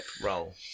roll